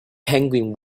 penguin